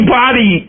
body